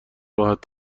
راحت